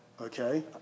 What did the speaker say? okay